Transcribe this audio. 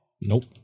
Nope